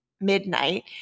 midnight